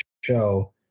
show